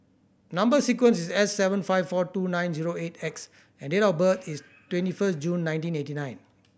number sequence is S seven five four two nine zero eight X and date of birth is twenty first June nineteen eighty nine